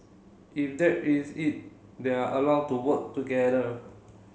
if that is it they are allowed to work together